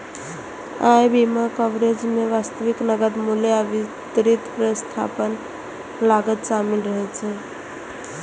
अय बीमा कवरेज मे वास्तविक नकद मूल्य आ विस्तृत प्रतिस्थापन लागत शामिल रहै छै